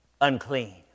unclean